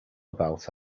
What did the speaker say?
about